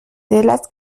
las